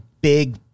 big